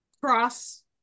cross